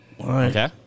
Okay